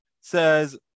says